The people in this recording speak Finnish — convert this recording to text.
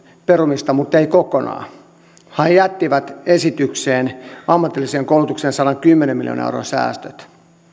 perumista muttei kokonaan vaan he jättivät esitykseen ammatilliseen koulutukseen sadankymmenen miljoonan euron säästöt